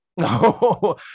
No